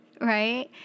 right